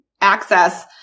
access